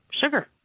sugar